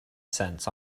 cents